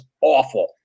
awful